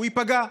הוא ייפגע.